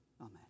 Amen